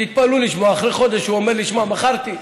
תתפלאו לשמוע, אחרי חודש הוא אומר לי: שמע, מכרתי.